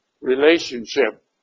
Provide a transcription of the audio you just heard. relationship